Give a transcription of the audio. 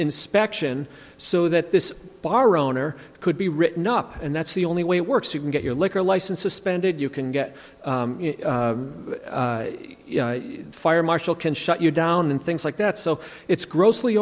inspection so that this bar owner could be written up and that's the only way it works you can get your liquor license suspended you can get fire marshal can shut you down and things like that so it's grossly